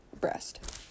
breast